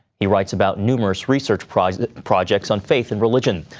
he writes about numerous research projects projects on faith and religion.